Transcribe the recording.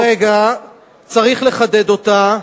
צריך לחדד אותה,